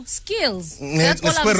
skills